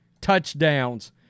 touchdowns